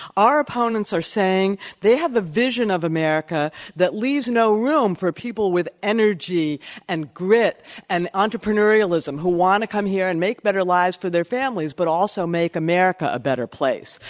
our opponents are saying they have the vision of america that leaves no room for people with energy and grit and entrepreneurialism who want to come here and make better lives for their families, but also make america a better place.